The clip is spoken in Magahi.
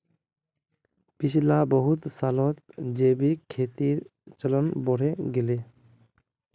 पिछला बहुत सालत जैविक खेतीर चलन बढ़े गेले